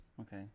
Okay